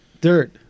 Dirt